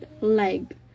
leg